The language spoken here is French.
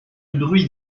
bruit